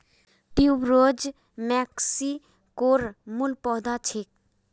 tuberose मेक्सिकोर मूल पौधा छेक